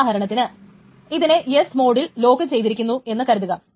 ഉദാഹരണത്തിന് ഇതിനെ S മോഡിൽ ലോക്കുചെയ്തിരിക്കുന്നു എന്നു കരുതുക